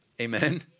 amen